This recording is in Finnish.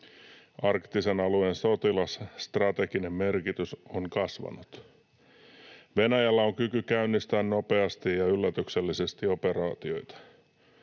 Arktisen alueen sotilasstrateginen merkitys on kasvanut. Venäjällä on kyky käynnistää nopeasti ja yllätyksellisesti operaatioita.